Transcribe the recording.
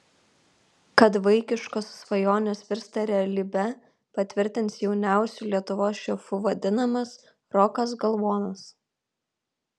kad vaikiškos svajonės virsta realybe patvirtins jauniausiu lietuvos šefu vadinamas rokas galvonas